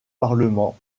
parlement